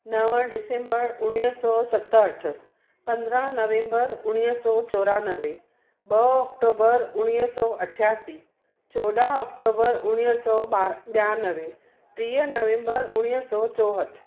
नव डिसेंबर उणिवीह सौ सतहठि पंद्रहं नवंबर उणिवीह सौ चौरानवे ॿ अक्टूबर उणिवीह सौ अठासी चोॾहं अक्टूबर उणिवीह सौ ॿारहं ॿियानवे टीह नवंबर उणिवीह सौ चोहठि